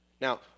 Now